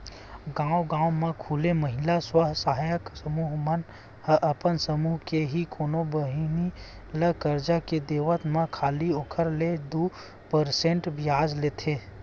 गांव गांव म खूले महिला स्व सहायता समूह मन ह अपन समूह के ही कोनो बहिनी ल करजा के देवब म खाली ओखर ले दू परसेंट बियाज लेथे